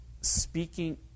speaking